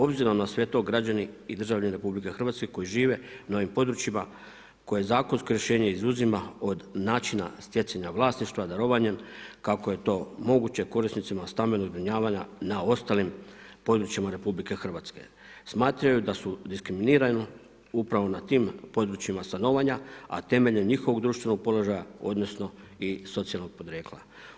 Obzirom na sve to građani i državljani Republike Hrvatske koji žive na ovim područjima koje zakonsko rješenje izuzima od načina stjecanja vlasništva darovanjem kako je to moguće korisnicima stambenog zbrinjavanja na ostalim područjima Republike Hrvatske, smatraju da su diskriminirani upravo na tim područjima stanovanja, a temeljem njihovog društvenog položaja odnosno i socijalnog podrijetla.